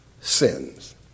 sins